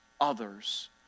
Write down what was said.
others